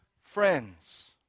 friends